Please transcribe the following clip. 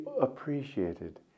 appreciated